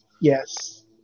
yes